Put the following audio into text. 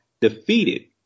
defeated